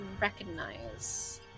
recognize